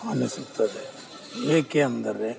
ಕಲಿಸುತ್ತದೆ ಏಕೆ ಅಂದರೆ